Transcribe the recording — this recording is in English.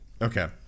Okay